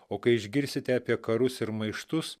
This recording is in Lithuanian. o kai išgirsite apie karus ir maištus